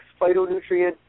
phytonutrient